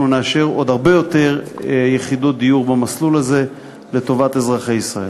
אנחנו נאשר עוד הרבה יותר יחידות דיור במסלול הזה לטובת אזרחי ישראל.